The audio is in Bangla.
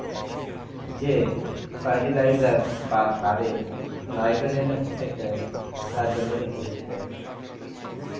যেই ফার্টিলাইজার বা সারে নাইট্রোজেন থেকে তা জমিতে পুষ্টি দেয়